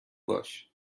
باش